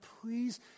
please